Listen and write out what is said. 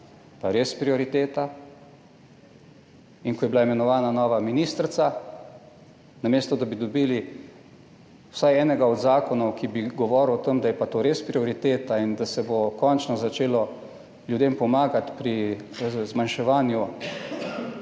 pa res prioriteta, in ko je bila imenovana nova ministrica namesto, da bi dobili vsaj enega od zakonov, ki bi govoril o tem, da je pa to res prioriteta in da se bo končno začelo ljudem pomagati pri zmanjševanju